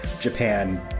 Japan